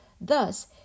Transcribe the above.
thus